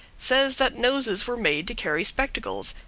says that noses were made to carry spectacles,